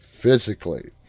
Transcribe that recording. physically